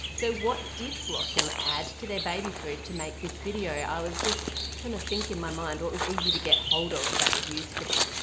so what did blossom add to their baby food to make this video? i was just trying to think in my mind what was easy to get hold of that i could use for this?